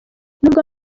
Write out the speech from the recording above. nubwo